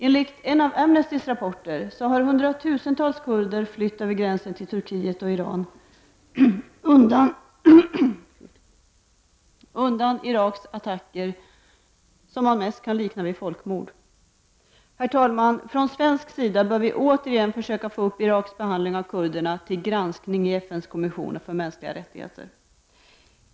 Enligt en av Amnestys rapporter har hundratusentals kurder flytt över gränsen till Turkiet och Iran undan Iraks attacker som mest kan liknas vid folkmord. Herr talman! Från svensk sida bör vi återigen försöka få upp Iraks behandling av kurderna till granskning i FN:s kommission för mänskliga rättigheter.